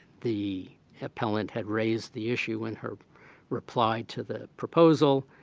the appellant had raised the issue in her reply to the proposal,